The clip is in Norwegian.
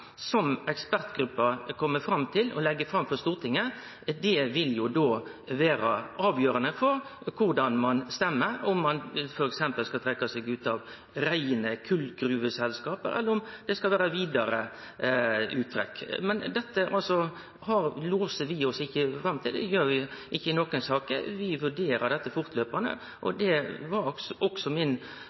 som ekspertgruppa kjem fram til, og legg fram for Stortinget, som vil vere avgjerande for korleis ein stemmer, om ein f.eks. skal trekkje seg ut av reine kolgruveselskap, eller om det skal vere vidare uttrekk. Men dette låser vi oss ikkje til. Det gjer vi ikkje i nokon sak. Vi vurderer dette etter kvart. Det trudde eg også